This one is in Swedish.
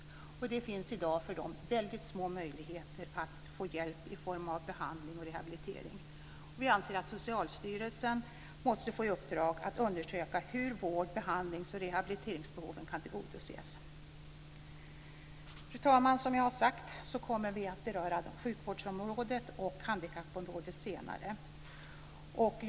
För dem finns i dag väldigt små möjligheter att få hjälp i form av behandling och rehabilitering. Vi anser att Socialstyrelsen bör få i uppdrag att undersöka hur vård-, behandlings och rehabiliteringsbehoven kan tillgodoses. Fru talman! Som jag har sagt kommer våra förslag på sjukvårdsområdet och handikappområdet att beröras senare.